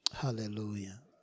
Hallelujah